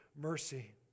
mercy